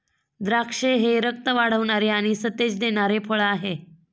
द्राक्षे हे रक्त वाढवणारे आणि सतेज देणारे फळ आहे